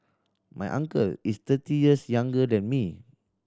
my uncle is thirty years younger than me